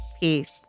Peace